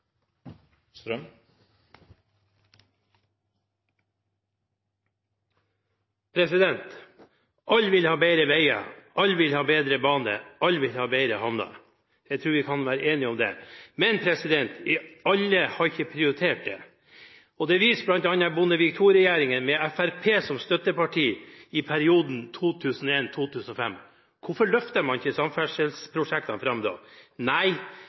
vil ha bedre veier. Alle vil ha bedre bane. Alle vil ha bedre havner. Jeg tror vi kan være enige om det. Men alle har ikke prioritert det. Og det viste bl.a. Bondevik II-regjeringen med Fremskrittspartiet som støtteparti i perioden 2001–2005. Hvorfor løftet man ikke samferdselsprosjektene fram da?